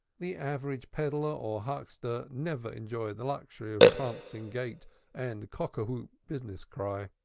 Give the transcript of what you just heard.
the average peddler or huckster never enjoyed the luxury of prancing gait and cock-a-hoop business cry.